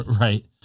Right